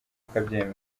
ukabyemera